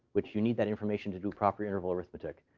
which you need that information to do proper interval arithmetic.